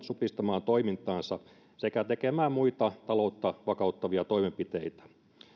supistamaan toimintaansa sekä tekemään muita taloutta vakauttavia toimenpiteitä